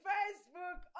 Facebook